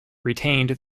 retained